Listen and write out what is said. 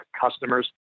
customers